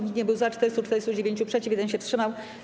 Nikt nie był za, 449 - przeciw, 1 się wstrzymał.